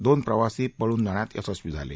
दोन प्रवासी पळून जाण्यात य्रशस्वी झाले